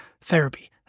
therapy